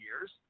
years